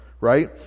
right